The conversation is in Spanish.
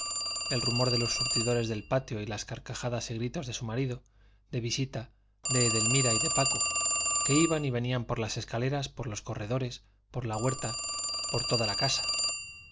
el rumor de los surtidores del patio y las carcajadas y gritos de su marido de visita de edelmira y de paco que iban y venían por las escaleras por los corredores por la huerta por toda la casa